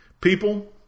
People